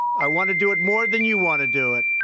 i want to do it more than you want to do it.